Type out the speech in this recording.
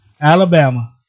Alabama